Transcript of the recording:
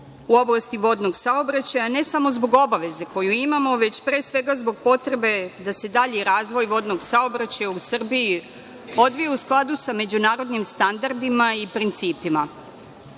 u oblasti vodnog saobraćaja ne samo zbog obaveze koju imamo, već pre svega zbog potrebe da se dalji razvoj vodnog saobraćaja u Srbiji odvija u skladu sa međunarodnim standardima i principima. Činjenica